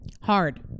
Hard